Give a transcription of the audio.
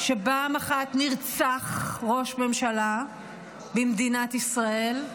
פעם אחת נרצח ראש ממשלה במדינת ישראל,